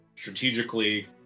Strategically